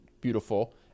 beautiful